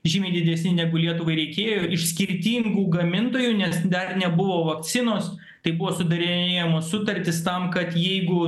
žymiai didesni negu lietuvai reikėjo iš skirtingų gamintojų nes dar nebuvo vakcinos tai buvo sudarinėjamos sutartys tam kad jeigu